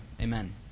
Amen